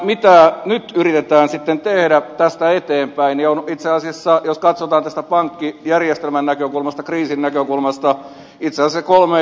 mitä nyt yritetään sitten tehdä tästä eteenpäin jos katsotaan tästä pankkijärjestelmän näkökulmasta kriisin näkökulmasta on itse asiassa kolme isoa asiaa